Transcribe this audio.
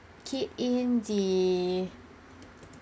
key in the